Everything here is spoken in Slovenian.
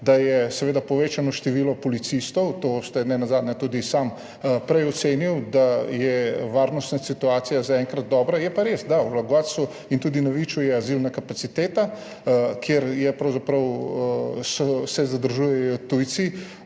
da je povečano število policistov, to ste nenazadnje tudi sami prej ocenili, da je varnostna situacija zaenkrat dobra. Je pa res, da, v Logatcu in tudi na Viču je azilna kapaciteta, kjer se zadržujejo tujci,